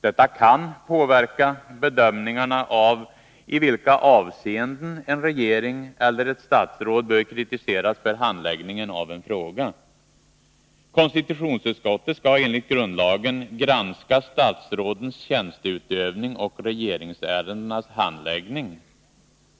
Detta kan påverka bedömningarna av i vilka avseenden en regering eller ett statsråd bör kritiseras för handläggningen av en fråga. Konstitutionsutskottet skall enligt grundlagen ”granska statsrådens tjänsteutövning och regeringsärendenas handläggning”.